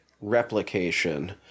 replication